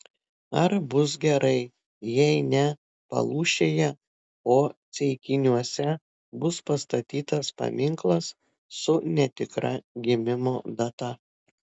ar bus gerai jei ne palūšėje o ceikiniuose bus pastatytas paminklas su netikra gimimo data